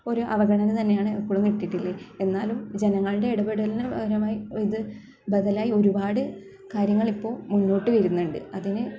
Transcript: ഒരു അവഗണന തന്നെയാണ് എപ്പോഴും കിട്ടീട്ടുള്ളത് എന്നാലും ജനങ്ങളുടെ ഇടപെടലിൻ്റെ ഫലമായി ഇത് ബദലായി ഒരുപാട് കാര്യങ്ങളിപ്പോൾ മുന്നോട്ട് വരുന്നുണ്ട് അതിന്